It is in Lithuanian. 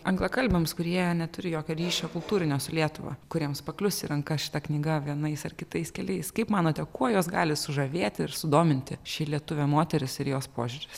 anglakalbiams kurie neturi jokio ryšio kultūrinio su lietuva kuriems paklius į rankas šita knyga vienais ar kitais keliais kaip manote kuo jos gali sužavėti ir sudominti ši lietuvė moteris ir jos požiūris